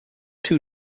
two